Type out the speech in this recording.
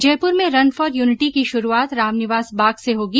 जयपुर में run for unity की शुरूआत रामनिवास बाग से होगी